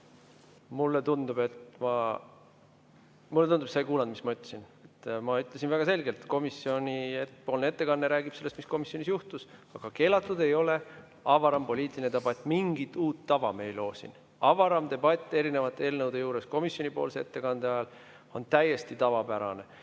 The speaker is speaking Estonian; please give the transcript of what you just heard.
nendes raamides? Mulle tundub, et sa ei kuulanud, mis ma ütlesin. Ma ütlesin väga selgelt: komisjonipoolne ettekanne räägib sellest, mis komisjonis juhtus, aga keelatud ei ole avaram poliitiline debatt. Mingit uut tava me siin ei loo. Avaram debatt erinevate eelnõude üle komisjonipoolse ettekande ajal on täiesti tavapärane.